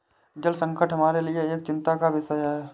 जल संकट हमारे लिए एक चिंता का विषय है